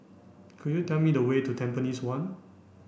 could you tell me the way to Tampines one